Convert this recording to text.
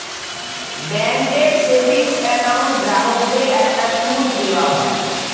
ব্যাঙ্কের savings account গ্রাহকদের একটা সুদ দেওয়া হয়